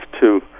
two